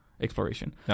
exploration